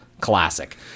classic